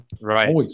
Right